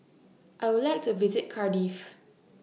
I Would like to visit Cardiff